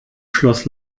schloss